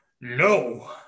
no